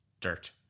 dirt